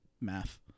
Math